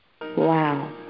Wow